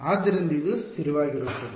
ಆದ್ದರಿಂದ ಇದು ಸ್ಥಿರವಾಗಿರುತ್ತದೆ